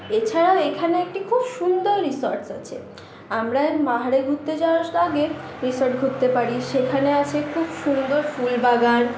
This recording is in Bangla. এছাড়া এখানে একটি খুব সুন্দর রিসর্টস আছে আমরা পাহাড়ে ঘুরতে যাওয়ার আগে রিসোর্ট ঘুরতে পারি সেখানে আছে খুব সুন্দর ফুলবাগান